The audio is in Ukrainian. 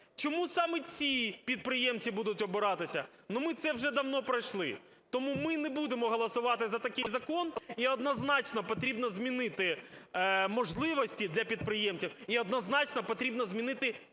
Чому саме ці підприємці будуть обиратися? Ми це вже давно пройшли. Тому ми не будемо голосувати за такий закон. І однозначно потрібно змінити можливості для підприємців, і однозначно потрібно змінити підходи